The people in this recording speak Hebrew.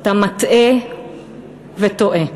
אתה מטעה וטועה,